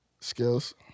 Skills